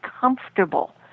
comfortable